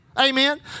Amen